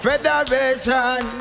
Federation